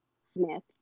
Smith